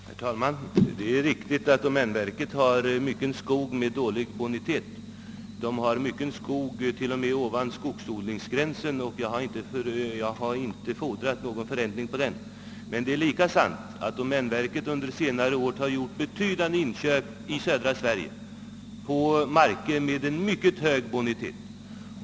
Herr talman! Det är riktigt att domänverket har många skogar med dålig bonitet. Verket har t.o.m. mycket skog ovanför skogsodlingsgränsen. Jag har inte fordrat någon förräntning på den skogen. Men domänverket har också under senare år gjort betydande inköp av skog i södra Sverige på marker med mycket hög bonitet.